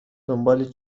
دنبال